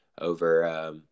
over